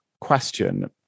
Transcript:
question